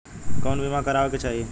कउन बीमा करावें के चाही?